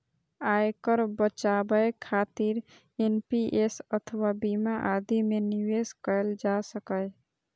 आयकर बचाबै खातिर एन.पी.एस अथवा बीमा आदि मे निवेश कैल जा सकैए